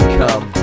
come